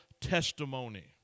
testimony